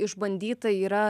išbandyta yra